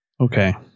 Okay